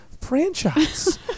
franchise